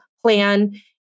plan